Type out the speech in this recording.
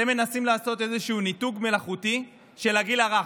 אתם מנסים לעשות איזשהו ניתוק מלאכותי של הגיל הרך.